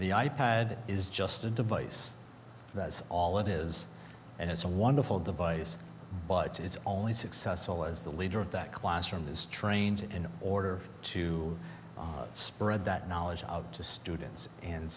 the i pad is just a device that's all it is and it's a wonderful device but it's only successful as the leader of that classroom is trained in order to spread that knowledge out to students and